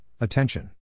attention